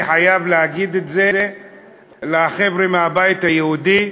אני חייב להגיד את זה לחבר'ה מהבית היהודי: